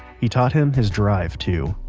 he taught him his drive too